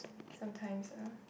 sometimes lah